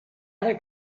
other